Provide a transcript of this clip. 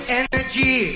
energy